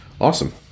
Awesome